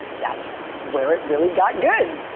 that's where it really got good.